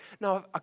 Now